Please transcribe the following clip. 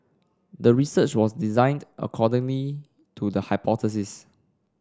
the research was designed accordingly to the hypothesis